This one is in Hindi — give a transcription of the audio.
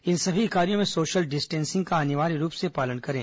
इन सभी कार्यो में सोषल डिस्टेंसिंग का अनिवार्य रूप से पालन करें